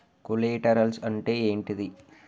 Collaterals అంటే ఏంటిది?